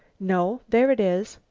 no, there it is!